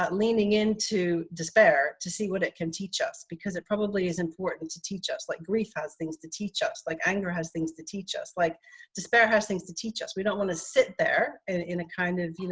but leaning into despair to see what it can teach us, because it probably is important to teach us like grief has things to teach us like anger, has things to teach us like despair, has things to teach us. we don't want to sit there in a kind of, you know,